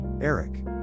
Eric